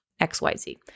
xyz